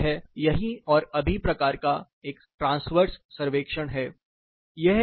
यह "यहीं और अभी" प्रकार या एक ट्रांसवर्स सर्वेक्षण है